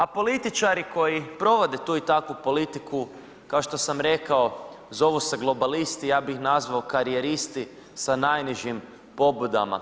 A političari koji provode tu i takvu politiku kao što sam rekao zovu se globalisti i ja bi ih nazvao karijeristi sa najnižim pobudama.